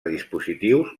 dispositius